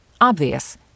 Obvious